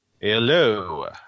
Hello